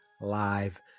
live